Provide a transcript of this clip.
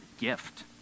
gift